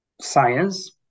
science